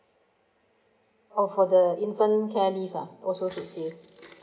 oh for the infant care leave ah also six days